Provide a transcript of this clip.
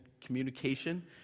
communication